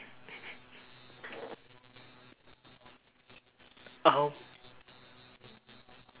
oh